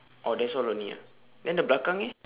oh that's all only ah then the belakang eh